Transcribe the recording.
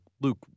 Luke